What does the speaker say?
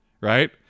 right